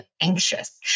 anxious